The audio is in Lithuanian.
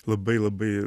labai labai